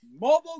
mobile